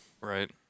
right